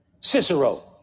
Cicero